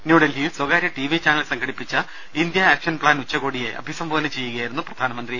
ന്യൂഡൽഹിയിൽ സ്വകാര്യ T V channel സംഘടിപ്പിച്ച ഇന്ത്യ ആക്ഷൻ പ്ലാൻ ഉച്ചകോടിയെ അഭിസംബോധന ചെയ്യുകയായിരുന്നു പ്രധാനമന്ത്രി